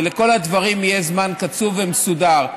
ולכל הדברים יהיה זמן קצוב ומסודר.